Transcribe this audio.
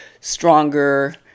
stronger